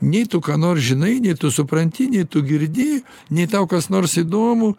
nei tu ką nors žinai nei tu supranti nei tu girdi nei tau kas nors įdomu